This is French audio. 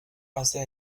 assez